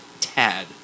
tad